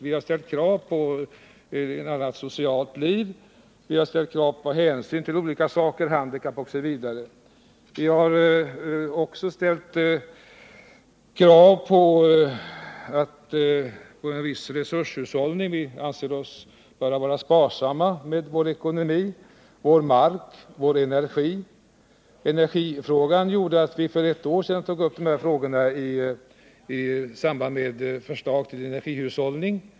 Vi har ställt krav på ett annat socialt liv, på hänsyn till olika förhållanden såsom handikapp och även på viss resurshushållning — vi anser att vi bör vara sparsamma med vår ekonomi, vår mark och vår energi. Och energifrågan gjorde att vi för ett år sedan tog upp en diskussion i samband med förslaget till energihushållning.